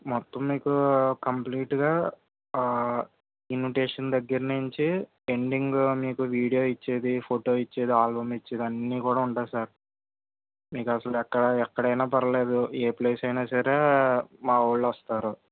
మొత్తం మీకు కంప్లీటుగా ఇన్విటేషన్ దగ్గర నుంచి ఎండింగ్ మీకు వీడియో ఇచ్చేది ఫొటో ఇచ్చేది ఆల్బమ్ ఇచ్చేది అన్నీ కూడా ఉంటుంది సార్ మీకు అసలు ఎక్కడ ఎక్కడైన పర్లేదు ఏ ప్లేస్ అయినా సరే మావాళ్ళు వస్తారు